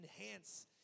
enhance